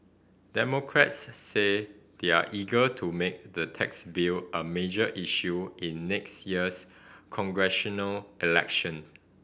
Democrats say they're eager to make the tax bill a major issue in next year's congressional election